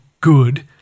good-